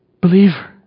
Believer